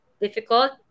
difficult